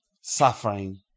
suffering